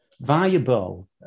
viable